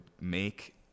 make